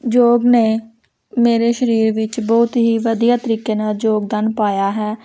ਯੋਗ ਨੇ ਮੇਰੇ ਸਰੀਰ ਵਿੱਚ ਬਹੁਤ ਹੀ ਵਧੀਆ ਤਰੀਕੇ ਨਾਲ ਯੋਗਦਾਨ ਪਾਇਆ ਹੈ